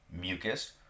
mucus